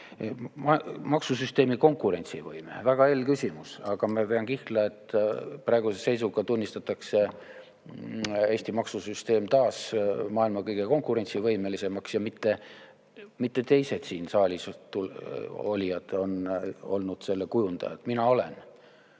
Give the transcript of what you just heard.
Maksusüsteemi konkurentsivõime on väga hell küsimus, aga ma vean kihla, et praeguse seisuga tunnistatakse Eesti maksusüsteem taas maailma kõige konkurentsivõimelisemaks. Ja mitte teised siin saalis olijad on olnud selle kujundajad. Mina olen.